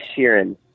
Sheeran